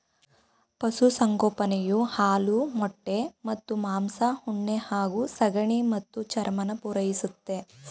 ಪಶುಸಂಗೋಪನೆಯು ಹಾಲು ಮೊಟ್ಟೆ ಮತ್ತು ಮಾಂಸ ಉಣ್ಣೆ ಹಾಗೂ ಸಗಣಿ ಮತ್ತು ಚರ್ಮನ ಪೂರೈಸುತ್ತೆ